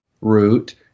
root